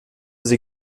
sie